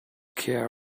care